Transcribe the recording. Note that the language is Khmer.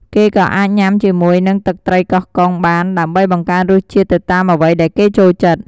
គេក៏អាចញ៉ាំជាមួយនឹងទឹកត្រីកោះកុងបាន ដើម្បីបង្កើនរសជាតិទៅតាមអ្វីដែលគេចូលចិត្ត។